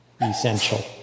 essential